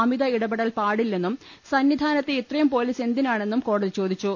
അമിത ഇടപെടൽ പാടില്ലെന്നും സന്നി ധാനത്ത് ഇത്രയും പൊലീസ് എന്തിനാണെന്നും കോടതി ചോദി ച്ചു